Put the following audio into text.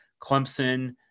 Clemson